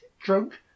drunk